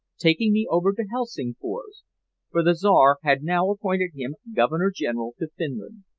taking me over to helsingfors for the czar had now appointed him governor-general to finland.